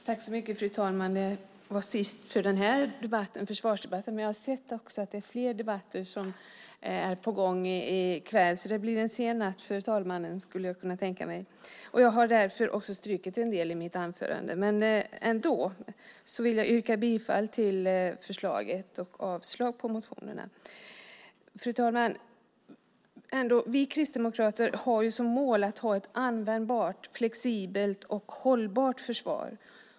Fru talman! Jag är sist ut i försvarsdebatten, men jag har sett att det är fler debatter på gång i kväll. Det blir en sen natt för talmannen, skulle jag kunna tänka mig. Jag har därför också strukit en del i mitt anförande. Jag vill ändå yrka bifall till förslaget i betänkandet och avslag på motionerna. Fru talman! Vi kristdemokrater har som mål ett användbart, flexibelt och hållbart försvar.